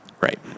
Right